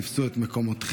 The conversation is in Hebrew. תפסו את מקומותיכם,